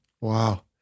Wow